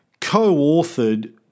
co-authored